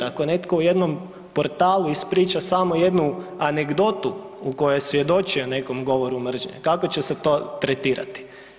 Ako netko u jednom portalu ispriča samo jednu anegdotu u kojoj je svjedočio nekom govoru mržnje kako će se to tretirati.